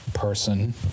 person